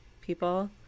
people